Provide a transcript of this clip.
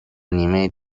نیمه